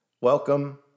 Welcome